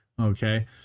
Okay